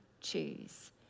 choose